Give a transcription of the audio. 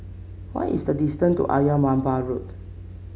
what is the distance to Ayer Merbau Road